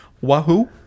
Wahoo